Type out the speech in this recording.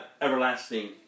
everlasting